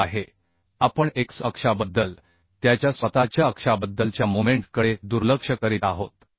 वर्ग आहे आपण x अक्षाबद्दल त्याच्या स्वतःच्या अक्षाबद्दलच्या मोमेंट कडे दुर्लक्ष करीत आहोत